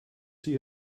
see